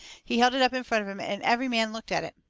he held it up in front of him and every man looked at it.